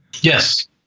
Yes